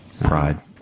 Pride